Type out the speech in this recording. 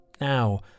Now